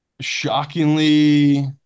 Shockingly